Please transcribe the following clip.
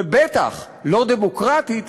ובטח לא דמוקרטית,